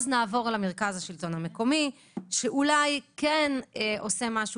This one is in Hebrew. נעבור למרכז השלטון המקומי שאולי כן עושה משהו